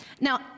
Now